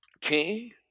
king